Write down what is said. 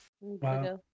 Wow